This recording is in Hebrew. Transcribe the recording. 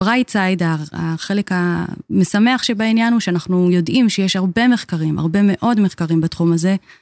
החלק המשמח שבעניין הוא שאנחנו יודעים שיש הרבה מחקרים, הרבה מאוד מחקרים בתחום הזה.